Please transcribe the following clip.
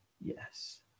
Yes